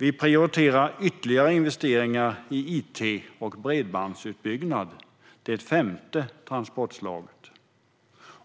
Vi prioriterar ytterligare investeringar i it och bredbandsutbyggnad - det femte transportslaget.